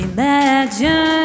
Imagine